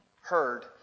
heard